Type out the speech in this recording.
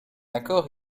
accord